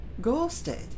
Ghosted